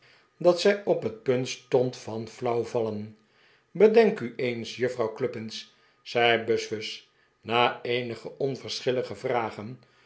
dat zij op het punt stond van flauwvallen bedenk u eens juffrouw cluppins zei buzfuz na eenige onverschillige vragen